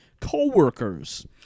co-workers